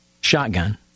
shotgun